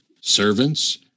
servants